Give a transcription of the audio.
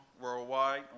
worldwide